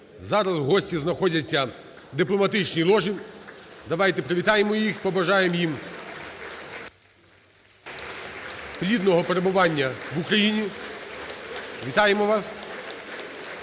Зараз гості знаходяться в дипломатичній ложі. Давайте привітаємо їх, побажаємо їм плідного перебування в Україні. (Оплески) Вітаємо вас!